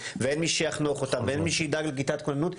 ואין מי שיחנוך אותם ואין מי שידאג לכיתת כוננות,